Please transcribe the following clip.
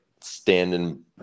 standing